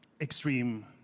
extreme